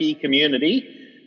community